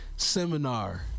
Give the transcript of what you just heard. Seminar